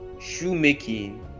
shoemaking